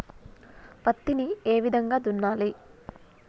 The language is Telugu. పత్తిని ఏ విధంగా దున్నాలి?